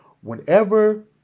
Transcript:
whenever